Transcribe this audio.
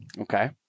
Okay